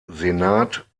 senat